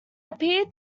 appeared